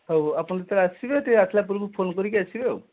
ହଉ ଆପଣ ଯେତେବେଳେ ଆସିବେ ଟିକେ ଆସିଲା ପୂର୍ବରୁ ଫୋନ୍ କରିକି ଆସିବେ ଆଉ